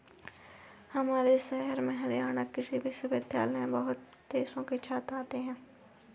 हमारे शहर में हरियाणा कृषि विश्वविद्यालय में बहुत देशों से छात्र आते हैं